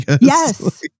Yes